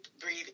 breathe